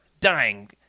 dying